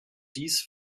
dies